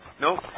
No